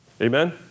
Amen